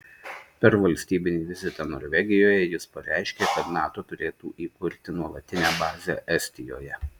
per valstybinį vizitą norvegijoje jis pareiškė kad nato turėtų įkurti nuolatinę bazę estijoje